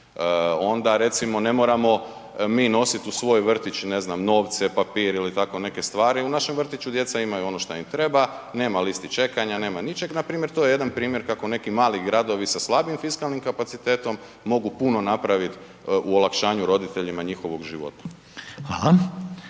Onda recimo ne moramo mi nosit u svoj vrtić, ne znam, novce, papir ili tako neke stvari, u našem vrtiću djeca imaju ono šta im treba, nema listi čekanja, nema ničeg, npr. to je jedan primjer kako neki mali gradovi sa slabijim fiskalnim kapacitetom mogu puno napravit u olakšanju roditeljima njihovog života.